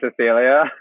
Cecilia